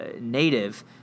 native